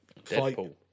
Deadpool